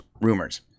rumors